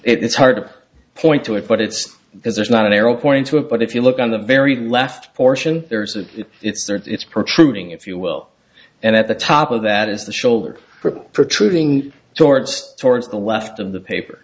it's hard to point to it but it's because there's not an arrow pointing to it but if you look on the very left fortune there's of it's there it's protruding if you will and at the top of that is the shoulder for trooping towards towards the left of the paper